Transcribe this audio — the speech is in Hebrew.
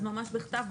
אז ממש בכתב,